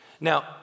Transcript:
Now